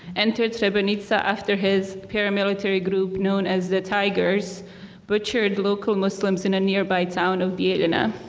entered srebrenica after his paramilitary group known as the tigers butchered local muslims in a nearby town of bijeljina.